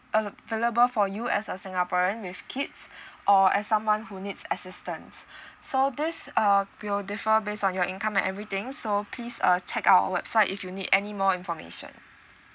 available for you as a singaporean with kids or as someone who needs assistance so this uh will differ based on your income and everything so please uh check out our website if you need any more information